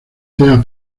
tea